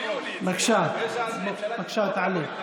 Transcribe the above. בבקשה, תעלה.